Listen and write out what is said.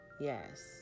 Yes